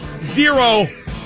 Zero